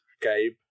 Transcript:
Gabe